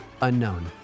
unknown